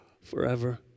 forever